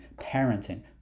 parenting